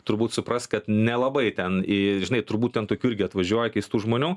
turbūt supras kad nelabai ten iii žinai turbūt ten tokių irgi atvažiuoja keistų žmonių